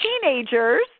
teenagers